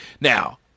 Now